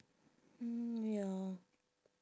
mm ya